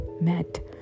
met